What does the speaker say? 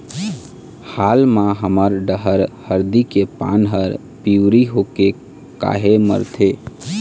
हाल मा हमर डहर हरदी के पान हर पिवरी होके काहे मरथे?